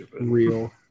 Real